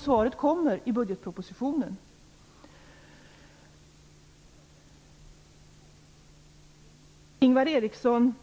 Svaret kommer i budgetpropositionen. Ingvar Eriksson